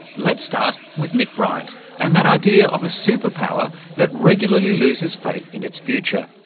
let's start with nick bryant and that idea of a superpower that regularly loses faith in its future.